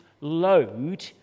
load